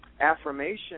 affirmation